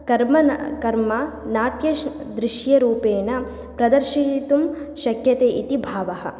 कर्मं न कर्मं नाट्य श् दृश्यरूपेण प्रदर्शयितुं शक्यते इति भावः